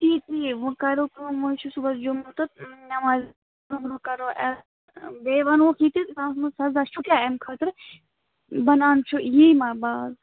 تی تی وۅنۍ کَرو کٲم وۅنۍ چھُ صُبَحس جُمحہ تہٕ نٮ۪مازِ برٛونٛہہ برٛونٛہہ کَرو علان بیٚیہِ وَنٕہوکھ یہِ تہِ تَتھ منٛز سَزا چھُ کیٛاہ اَمہِ خٲطرٕ بَنان چھُ یِیہِ ما باز